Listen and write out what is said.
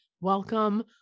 welcome